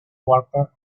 worker